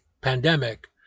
pandemic